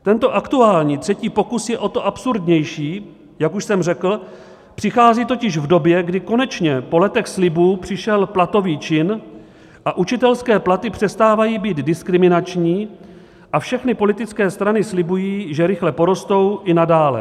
Tento aktuální třetí pokus je o to absurdnější, jak už jsem řekl, přichází totiž v době, kdy konečně po letech slibů přišel platový čin, učitelské platy přestávají být diskriminační a všechny politické strany slibují, že rychle porostou i nadále.